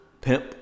Pimp